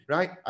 Right